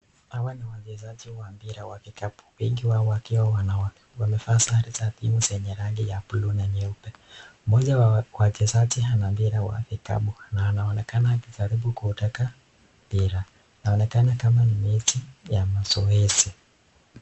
Hawa ni wachezaji wa mpira ya kikapu wangu wa wakiwa wanawake wamevaa sare za timu zinye rangi blue na nyeupe moja ya wachesaji Hana mpira ya kikapu na anaonekana kutaka mpira inaonekana kama ni mechi ya mazoezi.